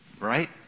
right